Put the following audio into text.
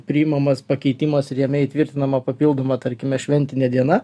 priimamas pakeitimas ir jame įtvirtinama papildoma tarkime šventinė diena